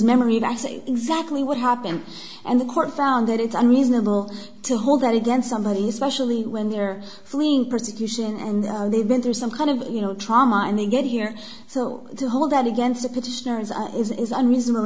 memory back exactly what happened and the court found that it's unreasonable to hold that against somebody especially when they're fleeing persecution and they've been through some kind of you know trauma and they get here so they hold that against the petitioners is unreasonable